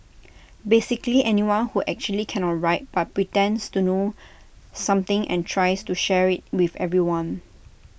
basically anyone who actually cannot write but pretends to know something and tries to share IT with everyone